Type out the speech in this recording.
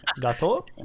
Gato